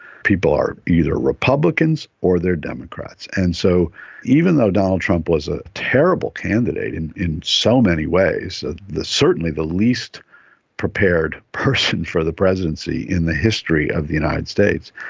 people are either republicans or they're democrats. and so even though donald trump was a terrible candidate in in so many ways, ah certainly the least prepared person for the presidency in the history of the united states,